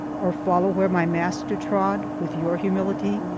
or follow where my master trod with your humility